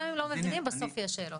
גם אם לא מבינים בסוף יהיו שאלות.